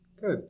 Good